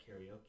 karaoke